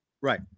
Right